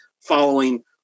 following